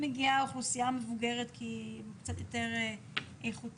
מגיעה אוכלוסייה מבוגרת כי הם קצת יותר איכותיים,